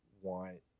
want